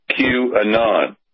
QAnon